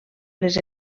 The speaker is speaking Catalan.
les